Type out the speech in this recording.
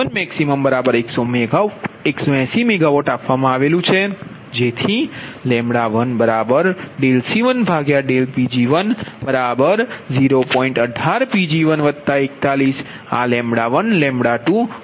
તમને Pg1min32MW અને Pg1max180MWઆપવામાં આવેલુ છે